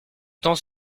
temps